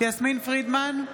יסמין פרידמן,